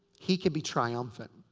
he can be triumphant.